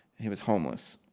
he was homeless,